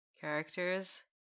characters